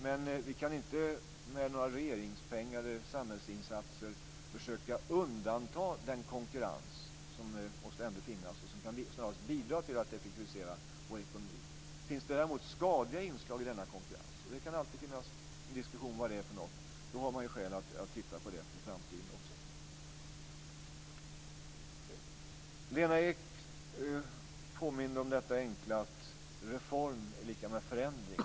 Men vi kan inte med några regeringspengar eller samhällsinsatser försöka undanta den konkurrens som ändå måste finnas och som snarast bidrar till att effektivisera vår ekonomi. Finns det däremot skadliga inslag i denna konkurrens - och det kan alltid finnas en diskussion om vad det är för något - har man skäl att titta på det också för framtiden. Lena Ek påminde om detta enkla att reform är lika med förändring.